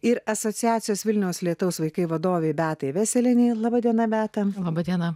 ir asociacijos vilniaus lietaus vaikai vadovei beatai vesėlienei laba diena metam laba diena